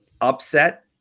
upset